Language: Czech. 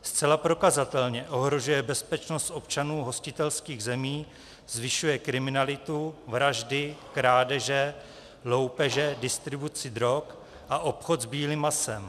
Zcela prokazatelně ohrožuje bezpečnost občanů hostitelských zemí, zvyšuje kriminalitu, vraždy, krádeže, loupeže, distribuci drog a obchod s bílým masem.